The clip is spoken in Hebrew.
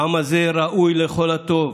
העם הזה ראוי לכל הטוב,